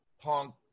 punk